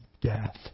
death